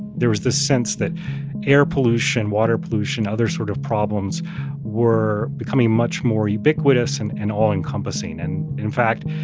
there was this sense that air pollution, water pollution, other sort of problems were becoming much more ubiquitous and and all encompassing. and in fact,